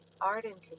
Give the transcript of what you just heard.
ardently